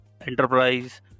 enterprise